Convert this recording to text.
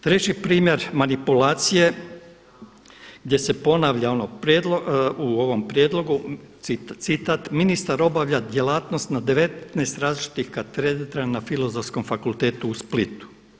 Treći primjer manipulacije gdje se ponavlja ono u ovom prijedlogu, citat: „Ministar obavlja djelatnost na 19 različitih katedra na Filozofskom fakultetu u Splitu“